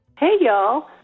hey y'all.